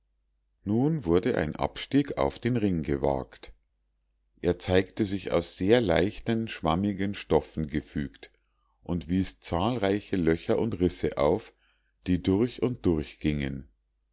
nun wurde ein abstieg auf den ring gewagt er zeigte sich aus sehr leichten schwammigen stoffen gefügt und wies zahlreiche löcher und risse auf die durch und durch